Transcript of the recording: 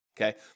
okay